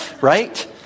right